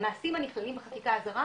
המעשים הנכללים בחקיקה הזרה